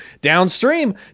downstream